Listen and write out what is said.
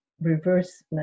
reverse